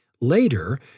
Later